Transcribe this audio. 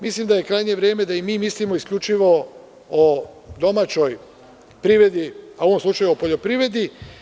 Mislim da je krajnje vreme da mi mislimo isključivo o domaćoj privredi, u ovom slučaju o poljoprivredi.